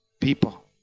people